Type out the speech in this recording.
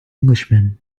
englishman